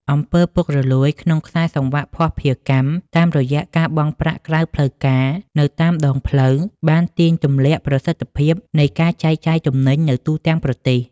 អំពើពុករលួយ ក្នុងខ្សែសង្វាក់ភស្តុភារកម្ម តាមរយៈការបង់ប្រាក់ក្រៅផ្លូវការនៅតាមដងផ្លូវ បានទាញទម្លាក់ប្រសិទ្ធភាពនៃការចែកចាយទំនិញនៅទូទាំងប្រទេស។